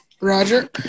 roger